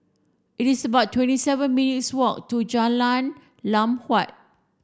it's about twenty seven minutes' walk to Jalan Lam Huat